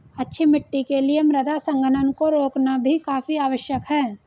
अच्छी मिट्टी के लिए मृदा संघनन को रोकना भी काफी आवश्यक है